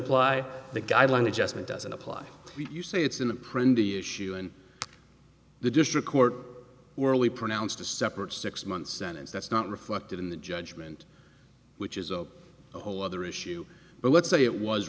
apply the guideline adjustment doesn't apply you say it's in a prison the issue in the district court were we pronounced a separate six month sentence that's not reflected in the judgment which is a whole other issue but let's say it was